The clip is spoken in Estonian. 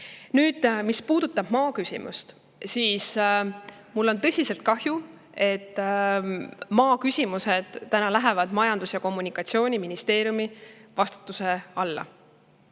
Nüüd, mis puudutab maaküsimust, siis mul on tõsiselt kahju, et maaküsimused lähevad Majandus‑ ja Kommunikatsiooniministeeriumi vastutuse alla.